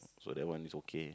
so that one is okay